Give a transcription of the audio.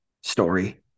story